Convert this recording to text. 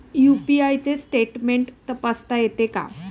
UPI चे statement तपासता येते का?